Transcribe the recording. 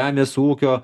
žemės ūkio